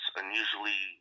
unusually